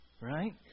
Right